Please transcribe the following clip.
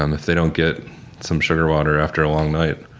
um if they don't get some sugar water after a long night,